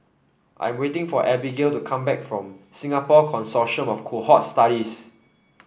I am waiting for Abigayle to come back from Singapore Consortium of Cohort Studies